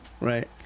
Right